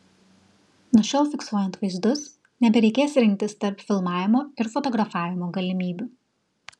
nuo šiol fiksuojant vaizdus nebereikės rinktis tarp filmavimo ir fotografavimo galimybių